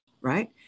right